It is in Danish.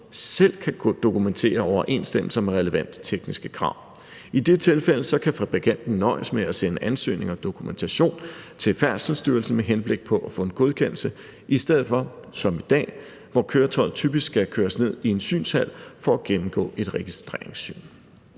selv kan dokumentere overensstemmelser med relevante tekniske krav. I det tilfælde kan fabrikanten nøjes med at sende ansøgning og dokumentation til Færdselsstyrelsen med henblik på at få en godkendelse i stedet for som i dag, hvor køretøjet typisk skal køres ned i en synshal for at gennemgå et registreringssyn.